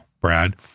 Brad